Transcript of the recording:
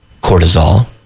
cortisol